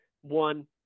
one